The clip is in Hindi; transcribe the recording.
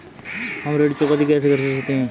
हम ऋण चुकौती कैसे कर सकते हैं?